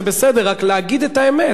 זה בסדר, רק להגיד את האמת,